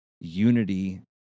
unity